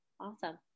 Awesome